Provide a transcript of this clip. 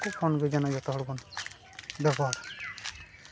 ᱡᱮᱱᱚ ᱡᱚᱛᱚ ᱦᱚᱲ ᱵᱚᱱ ᱵᱮᱵᱚᱦᱟᱨ